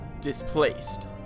displaced